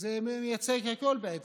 זה מייצג הכול, בעצם: